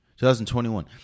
2021